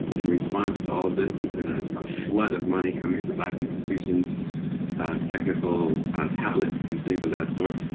in response to all of this, there's been a ah flood of money coming to black institutions technical tablets and things of that sort.